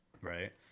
right